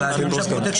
הצבעה לא אושרו.